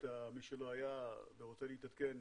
מי שלא היה ורוצה להתעדכן,